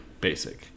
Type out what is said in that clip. basic